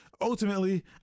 Ultimately